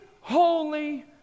holy